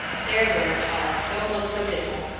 there, there, child, don't look so dismal.